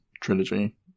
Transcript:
Trilogy